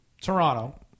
Toronto